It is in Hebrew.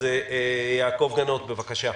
יעקב גנות, בבקשה.